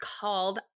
called